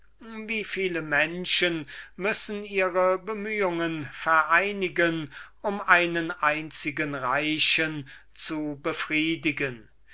wie viel menschen müssen ihre bemühungen vereinigen um einen einzigen reichen zu befriedigen